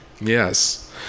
Yes